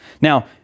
Now